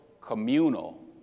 communal